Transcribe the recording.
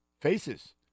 faces